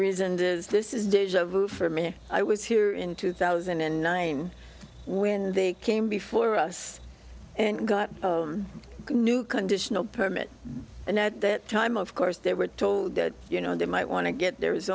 vu for me i was here in two thousand and nine when they came before us and got a new conditional permit and at that time of course they were told that you know they might want to get there